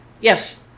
Yes